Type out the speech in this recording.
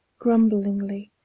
grumblingly,